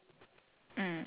okay